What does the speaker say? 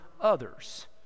others